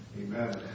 Amen